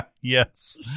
yes